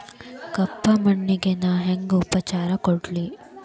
ಕಪ್ಪ ಮಣ್ಣಿಗ ನಾ ಹೆಂಗ್ ಉಪಚಾರ ಕೊಡ್ಲಿ?